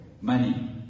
money